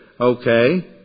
okay